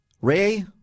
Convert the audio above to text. Ray